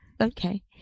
Okay